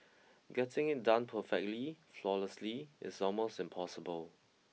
getting it done perfectly flawlessly is almost impossible